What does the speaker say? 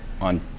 on